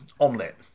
omelette